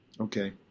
Okay